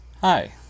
Hi